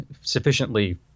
sufficiently